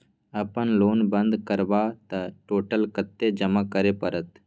अपन लोन बंद करब त टोटल कत्ते जमा करे परत?